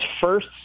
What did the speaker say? first